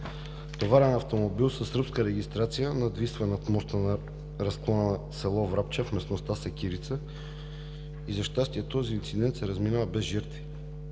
товарен автомобил със сръбска регистрация надвисва над моста на разклона на село Врабча в местността Секирица и за щастие този инцидент се разминава без жертви.